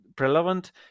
Relevant